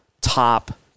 top